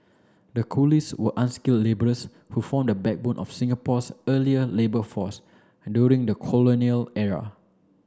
the coolies were unskilled labourers who formed the backbone of Singapore's earlier labour force during the colonial era